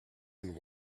and